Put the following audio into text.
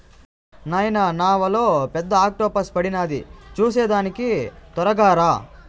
నాయనా నావలో పెద్ద ఆక్టోపస్ పడినాది చూసేదానికి తొరగా రా